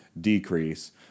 decrease